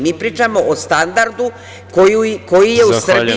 Mi pričamo o standardu koji je u Srbiji.